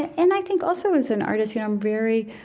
and, i think also as an artist, you know i'm very